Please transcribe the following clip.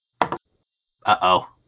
Uh-oh